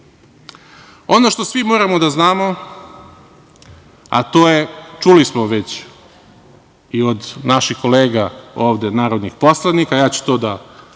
što svi moramo da znamo, a to je, čuli smo već i od naših kolega narodnih poslanika, to ću ponoviti,